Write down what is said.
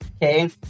Okay